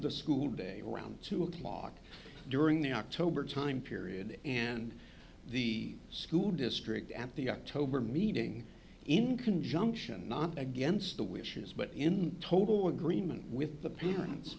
the school day around two o'clock during the october time period and the school district at the october meeting in conjunction not against the wishes but in total agreement with the p